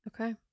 Okay